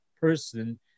person